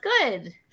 good